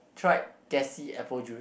tried gassy apple juice